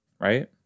Right